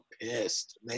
pissed